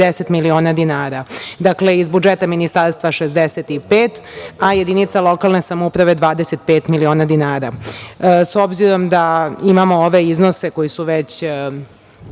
90 miliona dinara. Dakle, iz budžeta ministarstva 65, a jedinica lokalne samouprave 25 miliona dinara.S obzirom da imamo ove iznose koji su već